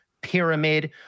pyramid